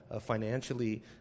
financially